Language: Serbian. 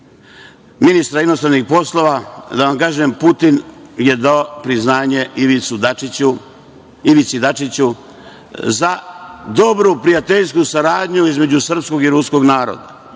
ministra inostranih poslova. Putin je dao priznanje Ivici Dačiću za dobru prijateljsku saradnju između srpskog i ruskog naroda.